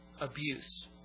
abuse